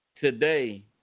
today